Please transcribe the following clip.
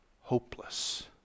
hopeless